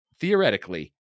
theoretically